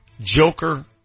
Joker